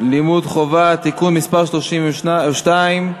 לימוד חובה (תיקון מס' 32),